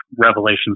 Revelation